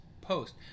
post